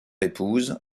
épouse